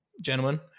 gentlemen